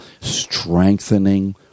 strengthening